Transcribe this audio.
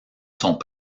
sont